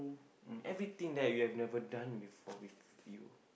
um everything that you have never done before with you